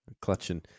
Clutching